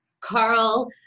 Carl